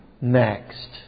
next